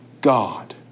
God